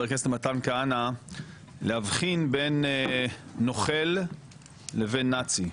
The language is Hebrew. הכנסת מתן כהנא להבחין בין נוכל לבין נאצי,